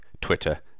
Twitter